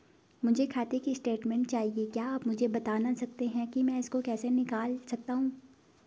मुझे खाते की स्टेटमेंट चाहिए क्या आप मुझे बताना सकते हैं कि मैं इसको कैसे निकाल सकता हूँ?